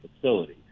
facility